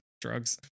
drugs